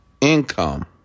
income